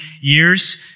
years